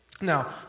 Now